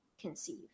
conceive